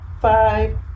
five